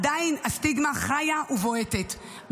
עדיין הסטיגמה חיה ובועטת,